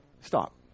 Stop